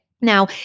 Now